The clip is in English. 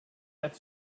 have